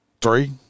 three